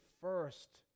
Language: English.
first